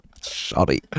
Sorry